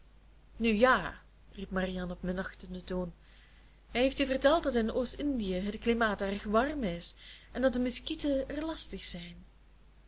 nu ja riep marianne op minachtenden toon hij heeft je verteld dat in oost-indië het klimaat erg warm is en dat de muskieten er lastig zijn